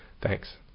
Thanks